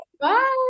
Bye